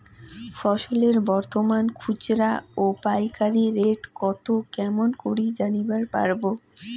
ফসলের বর্তমান খুচরা ও পাইকারি রেট কতো কেমন করি জানিবার পারবো?